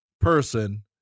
person